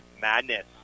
Madness